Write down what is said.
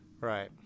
right